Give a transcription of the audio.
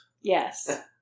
Yes